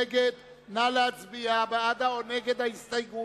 מאז השמעת הצלצול חלפו לפחות שלוש דקות.